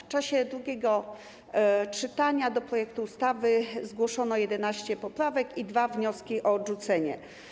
W czasie drugiego czytania do projektu ustawy zgłoszono 11 poprawek i dwa wnioski o odrzucenie.